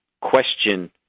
question